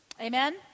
Amen